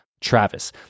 Travis